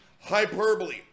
hyperbole